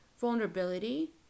vulnerability